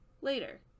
Later